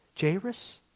Jairus